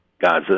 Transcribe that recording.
Gaza